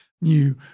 new